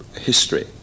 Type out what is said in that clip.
history